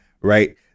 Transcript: Right